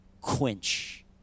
quench